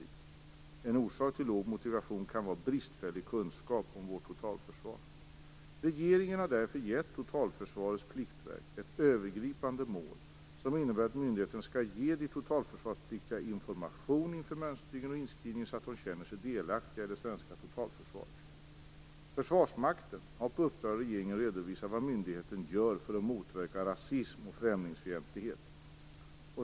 En orsak till låg motivation kan vara bristfällig kunskap om vårt totalförsvar. Regeringen har därför gett Totalförsvarets pliktverk ett övergripande mål som innebär att myndigheten skall ge de totalförsvarspliktiga information inför mönstringen och inskrivningen så att de känner sig delaktiga i det svenska totalförsvaret. Försvarsmakten har på uppdrag av regeringen redovisat vad myndigheten gör för att motverka rasism och främlingsfientlighet.